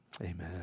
Amen